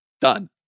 Done